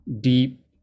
deep